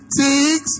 six